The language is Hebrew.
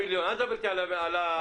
אל תדבר אתי על ה-100 מיליון שקלים.